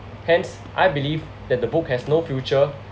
hence I believe that the book has no future